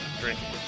drinking